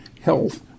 health